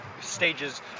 stages